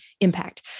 impact